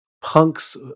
punks